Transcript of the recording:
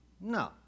No